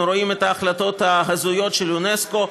אנחנו רואים את ההחלטות ההזויות של אונסק"ו,